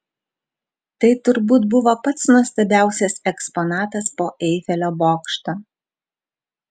tai turbūt buvo pats nuostabiausias eksponatas po eifelio bokšto